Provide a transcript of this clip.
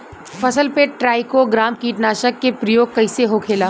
फसल पे ट्राइको ग्राम कीटनाशक के प्रयोग कइसे होखेला?